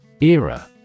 Era